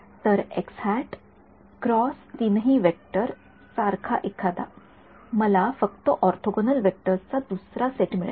तर x hat cross तीनही vector सारखा एखादा मला फक्त ऑर्थोगोनल वेक्टर्स चा दुसरा सेट मिळेल